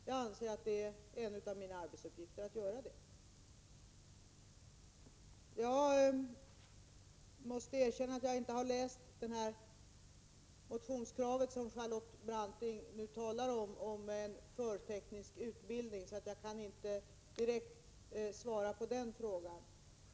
Jag anser att det är en av mina arbetsuppgifter att göra det. Jag måste erkänna att jag inte har läst den motion om förteknisk utbildning som Charlotte Branting nu talar om. Jag kan därför inte direkt uttala mig i den frågan.